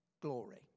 glory